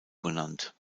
benannt